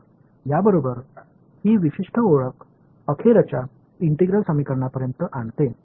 तर या बरोबर ही विशिष्ट ओळख अखेरच्या इंटिग्रल समीकरणापर्यंत आणते